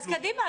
אז קדימה,